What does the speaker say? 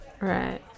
Right